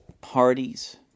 parties